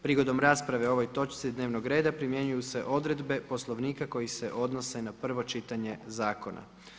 Prigodom rasprave o ovoj točci dnevnog reda primjenjuju se odredbe Poslovnika koje se odnose na prvo čitanje zakona.